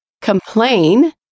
complain